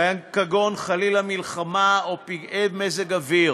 כגון, חלילה, מלחמה או פגעי מזג אוויר.